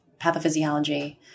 pathophysiology